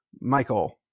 Michael